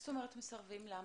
למה?